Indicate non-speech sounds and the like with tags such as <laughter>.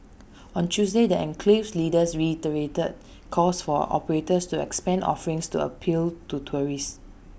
on Tuesday the enclave's leaders reiterated <noise> calls for operators to expand offerings to appeal to tourists